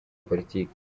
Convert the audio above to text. politiki